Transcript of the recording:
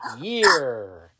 Year